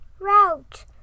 Route